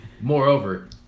moreover